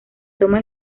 toma